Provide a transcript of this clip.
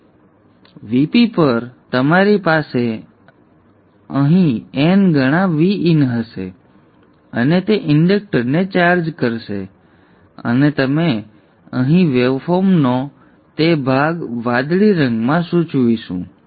તેથી Vp પર તમારી પાસે અહીં n ગણા Vin હશે અને તે ઇંડક્ટરને ચાર્જ કરશે અને અમે અહીં વેવફોર્મનો તે ભાગ વાદળી રંગમાં સૂચવીશું